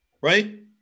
right